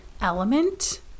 element